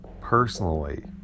personally